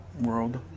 world